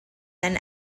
then